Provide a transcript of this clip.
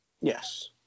Yes